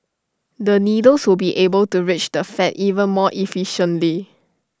the needles will be able to reach the fat even more efficiently